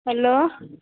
hello